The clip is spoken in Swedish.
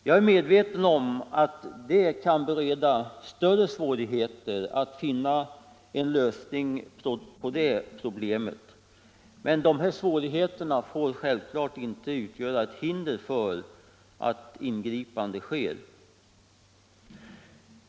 Jag är medveten om att det kan bereda större svårigheter att finna en lösning på det problemet, men detta får självklart inte utgöra ett hinder för att ingripanden sker.